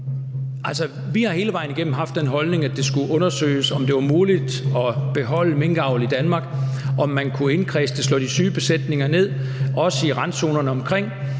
vi har hele vejen igennem haft den holdning, at det skulle undersøges, om det var muligt at beholde minkavl i Danmark, om man kunne indkredse det og slå de syge besætninger ned, også i randzonerne omkring,